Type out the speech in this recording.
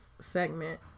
segment